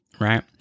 Right